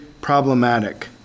problematic